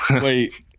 wait